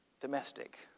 domestic